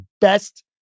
best